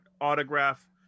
autograph